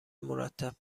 مرتب